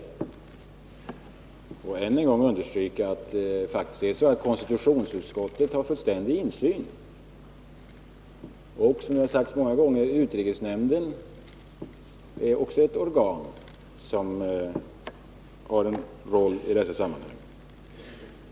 Jag vill än en gång understryka att konstitutionsutskottet har fullständig insyn och att utrikesnämnden också är ett organ som har en roll i detta sammanhang.